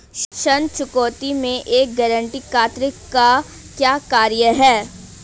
ऋण चुकौती में एक गारंटीकर्ता का क्या कार्य है?